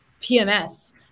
PMS